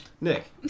Nick